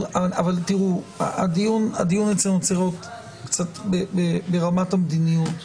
הדיון צריך להיות ברמת המדיניות,